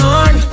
on